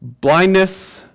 Blindness